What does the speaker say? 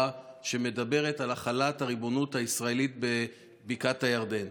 שמדברת על החלת הריבונות הישראלית בבקעת הירדן,